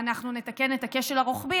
אנחנו נתקן את הכשל הרוחבי,